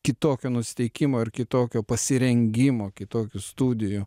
kitokio nusiteikimo ir kitokio pasirengimo kitokių studijų